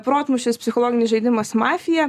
protmūšis psichologinis žaidimas mafija